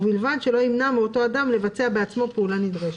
ובלבד שלא ימנע מאותו אדם לבצע בעצמו פעולה נדרשת."